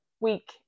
week